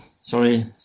sorry